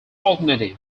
alternative